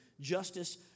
justice